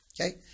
okay